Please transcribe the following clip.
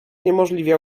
niemożliwie